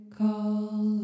call